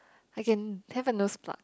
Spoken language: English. I can have a nose plot